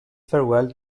farewell